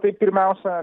tai pirmiausia